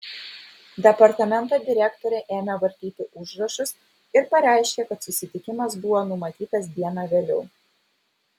departamento direktorė ėmė vartyti užrašus ir pareiškė kad susitikimas buvo numatytas diena vėliau